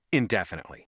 indefinitely